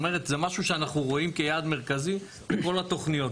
זאת אומרת שזה משהו שאנחנו רואים כיעד מרכזי בכל התוכניות.